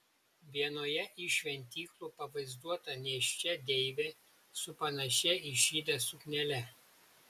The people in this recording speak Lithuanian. vienoje iš šventyklų pavaizduota nėščia deivė su panašia į šydą suknele